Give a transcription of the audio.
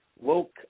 woke